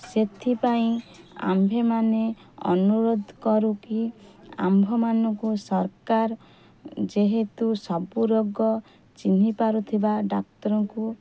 ସେଥିପାଇଁ ଆମ୍ଭେମାନେ ଅନୁରୋଧ କରୁ କି ଆମ୍ଭମାନଙ୍କୁ ସରକାର ଯେହେତୁ ସବୁ ରୋଗ ଚିହ୍ନିପାରୁଥିବା ଡାକ୍ତରଙ୍କୁ